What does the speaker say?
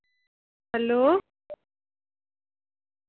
hello